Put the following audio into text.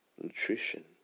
nutrition